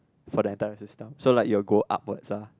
for the entire system so like you would go upwards lah